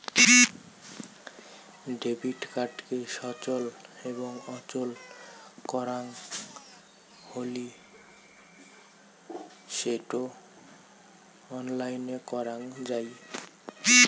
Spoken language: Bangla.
ডেবিট কার্ডকে সচল এবং অচল করাং হলি সেটো অনলাইনে করাং যাই